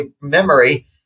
memory